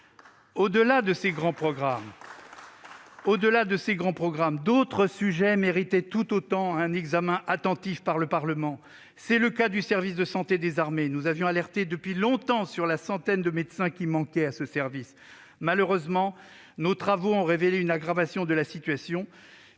Au-delà de ces grands programmes, d'autres sujets méritaient tout autant un examen attentif par le Parlement. C'est le cas du service de santé des armées ; voilà longtemps que nous alertons sur la centaine de médecins qui manque à ce service. Malheureusement, nos travaux ont révélé une aggravation de la situation